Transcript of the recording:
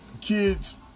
kids